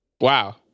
Wow